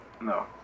No